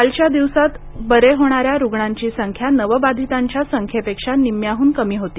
कालच्या दिवसात बरे होणाऱ्या रुग्णाची संख्या नवबाधितांच्या सखख्येपेक्षा निम्म्याहून कमी होती